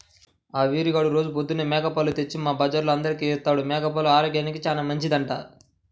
ఆ వీరిగాడు రోజూ పొద్దన్నే మేక పాలు తెచ్చి మా బజార్లో అందరికీ ఇత్తాడు, మేక పాలు ఆరోగ్యానికి చానా మంచిదంట